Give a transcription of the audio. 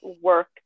work